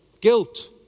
Guilt